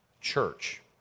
church